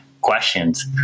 questions